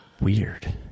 weird